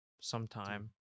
sometime